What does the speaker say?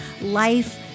life